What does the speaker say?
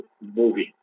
moving